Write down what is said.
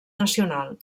nacional